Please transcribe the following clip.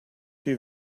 you